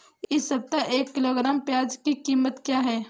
इस सप्ताह एक किलोग्राम प्याज की कीमत क्या है?